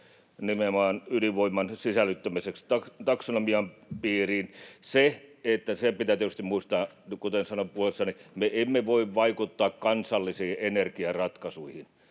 nimenomaan ydinvoiman sisällyttämisestä taksonomian piiriin. Se pitää tietysti muistaa, kuten sanoin puheessani, että me emme voi vaikuttaa kansallisiin energiaratkaisuihin,